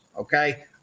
okay